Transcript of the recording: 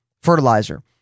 fertilizer